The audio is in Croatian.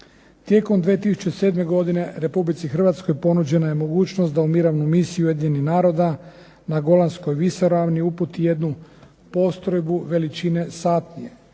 Tijekom 2007. godine Republici Hrvatskoj ponuđena je mogućnost da u mirovnu misiju Ujedinjenih naroda na Golanskoj visoravni uputi jednu postrojbu veličine satnije